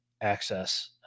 access